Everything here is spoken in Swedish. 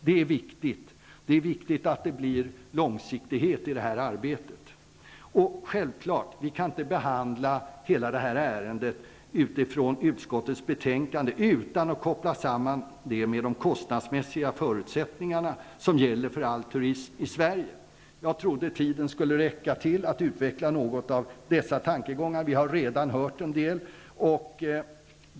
Det är viktigt. Det är viktigt att det blir långsiktighet i detta arbete. Självklart kan vi inte behandla hela detta ärende utifrån utskottets betänkande utan att koppla samman det med de kostnadsmässiga förutsättningar som gäller för all turism i Sverige. Jag trodde att tiden skulle räcka till för att något utveckla dessa tankegångar. Vi har redan hört en del.